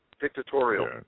dictatorial